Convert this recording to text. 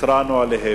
התרענו עליהן,